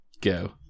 go